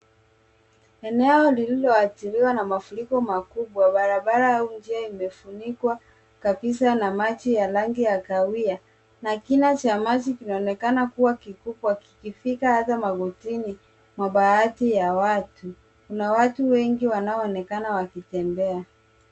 Eneo lililoathiriwa na mafuriko makubwa. Barabara au njia imefunikwa kabisa na maji ya rangi ya kahawia na kina cha maji kinaonekana kuwa kikubwa kikifika hata magotini mwa baadhi ya watu. Kuna watu wengi wanaoonekana wakitembea.